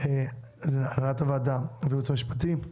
להנהלת הוועדה ולייעוץ המשפטי,